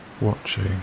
watching